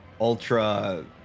ultra